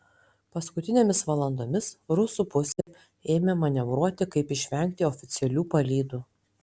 paskutinėmis valandomis rusų pusė ėmė manevruoti kaip išvengti oficialių palydų